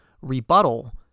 rebuttal